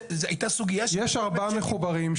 הייתה סוגיה --- יש 4 מחוברים,